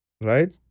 Right